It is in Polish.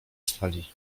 stali